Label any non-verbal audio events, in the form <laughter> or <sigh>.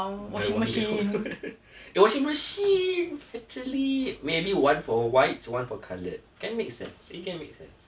buy one get one <laughs> eh washing machine actually maybe one for whites one for coloured can make sense it can make sense